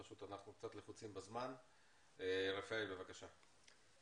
רפאל, בבקשה.